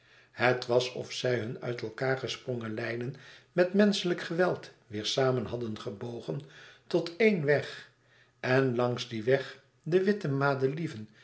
het was of zij hun uit elkaâr gesprongen lijnen met menschelijk geweld weêr samen hadden gebogen tot éen weg en langs dien weg de witte madelieven